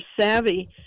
savvy